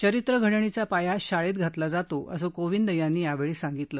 चरित्रघडणीचा पाया शाळेत घातला जातो असं कोंविद यांनी यावेळी सांगितलं